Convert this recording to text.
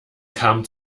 kam